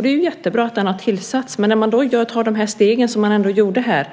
Det är jättebra att den har tillsats, men när man tar de steg som man ändå gjorde